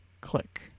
Click